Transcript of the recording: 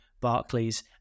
Barclays